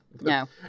No